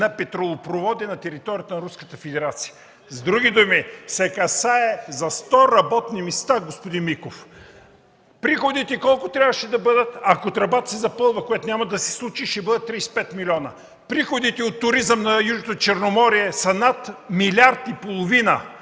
на петролопровода на територията на Руската федерация. С други думи, се касае за 100 работни места, господин Миков! Приходите колко трябваше да бъдат, ако тръбата се запълва, което няма да се случи? Ще бъдат 35 милиона. Приходите от туризъм на Южното Черноморие са над милиард и половина!